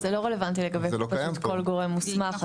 זה לא רלוונטי לגבי כל גורם מוסמך.